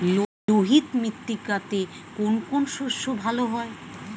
লোহিত মৃত্তিকাতে কোন কোন শস্য ভালো হয়?